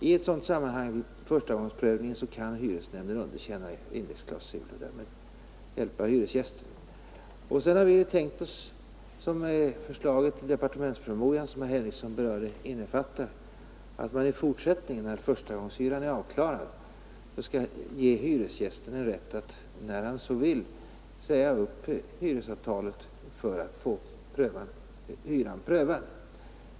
I ett sådant sammanhang kan hyresnämnden underkänna en indexklausul och därmed hjälpa hyresgästen. Förslaget i departementspromemorian som herr Henrikson berörde innefattar att hyresgästen, när förstagångshyran är avklarad, skall ha rätt att när han så vill säga upp hyresavtalet för att få hyran prövad.